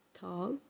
tall